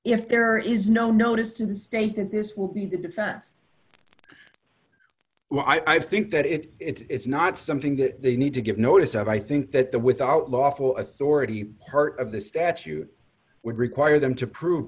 if there is no notice to the state that this will be the defense well i think that if it's not something that they need to give notice of i think that the without lawful authority part of the statute would require them to prove